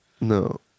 No